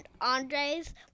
Andres